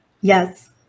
Yes